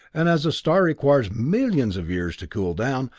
and as a star requires millions of years to cool down,